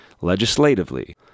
legislatively